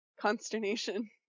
consternation